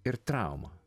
ir trauma